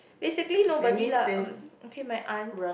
basically nobody lah uh okay my aunt